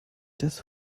das